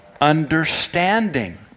Understanding